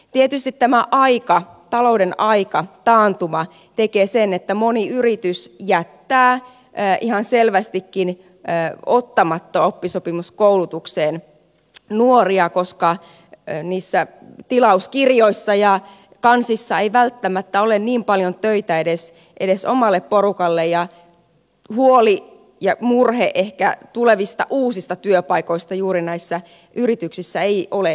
tietysti tämä aika talouden aika taantuma tekee sen että moni yritys jättää ihan selvästikin ottamatta oppisopimuskoulutukseen nuoria koska tilauskirjoissa ja kansissa ei välttämättä ole niin paljon töitä edes omalle porukalle ja ehkä huoli ja murhe tulevista uusista työpaikoista juuri näissä yrityksissä ei ole akuutein